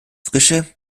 frische